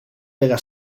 della